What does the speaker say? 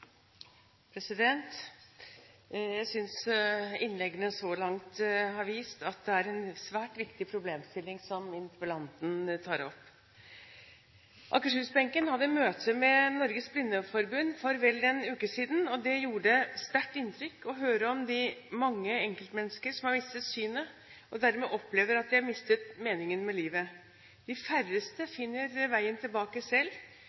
en svært viktig problemstilling som interpellanten tar opp. Akershus-benken hadde møte med Norges Blindeforbund for vel en uke siden, og det gjorde et sterkt inntrykk å høre om de mange enkeltmennesker som har mistet synet, og dermed opplever at de har mistet meningen med livet. De færreste finner veien tilbake selv,